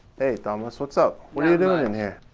hey, thomas, what's up? what are you doing in here?